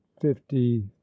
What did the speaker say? fifty